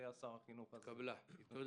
תודה.